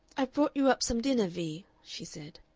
i've brought you up some dinner, vee, she said.